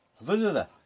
visitor